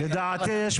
לדעתי,